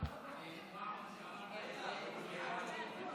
ומה עוד שאמרת את זה